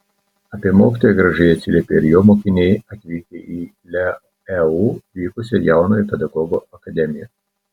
apie mokytoją gražiai atsiliepė ir jo mokiniai atvykę į leu vykusią jaunojo pedagogo akademiją